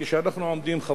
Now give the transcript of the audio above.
כשאנחנו עומדים כאן,